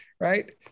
right